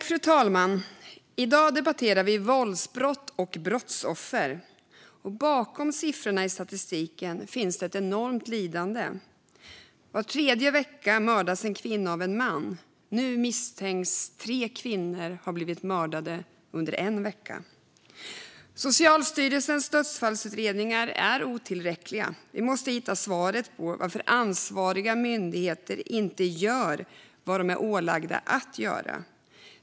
Fru talman! I dag debatterar vi om våldsbrott och brottsoffer. Bakom sifforna i statistiken finns ett enormt lidande. Var tredje vecka mördas en kvinna av en man. Nu misstänks tre kvinnor ha blivit mördade under en vecka. Socialstyrelsens dödsfallsutredningar är otillräckliga. Vi måste hitta svaret på varför ansvariga myndigheter inte gör vad de är ålagda att göra.